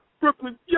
Brooklyn